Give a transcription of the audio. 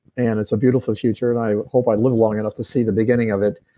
and it's a beautiful future, and i hope i live long enough to see the beginning of it.